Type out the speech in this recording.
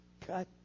cut